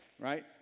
Right